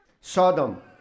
Sodom